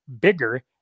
bigger